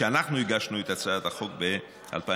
כשאנחנו הגשנו את הצעת החוק ב-2014.